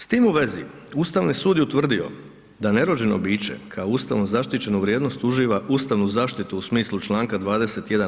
S tim u vezi Ustavni sud je utvrdio da nerođeno biće kao ustavom zaštićenu vrijednost uživa ustavnu zaštitu u smislu Članka 21.